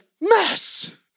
mess